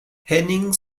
henning